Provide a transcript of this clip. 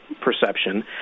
perception